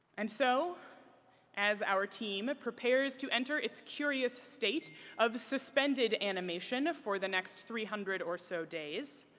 and so as our team prepares to enter its curious state of suspended animation for the next three hundred or so days,